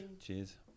Cheers